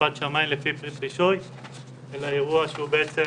כיפת שמים לפי פריט רישוי אלא אירוע שהוא בעצם